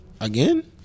Again